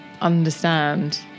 understand